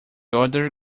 other